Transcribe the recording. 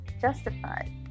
justified